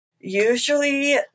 Usually